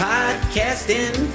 Podcasting